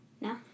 No